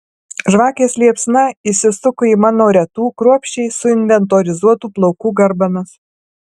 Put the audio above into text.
žvakės liepsna įsisuko į mano retų kruopščiai suinventorizuotų plaukų garbanas